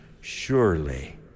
surely